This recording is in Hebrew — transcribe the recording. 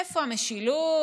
איפה המשילות,